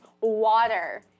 water